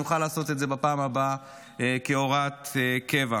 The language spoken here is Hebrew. שנוכל לעשות את זה בפעם הבאה כהוראת קבע,